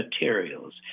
materials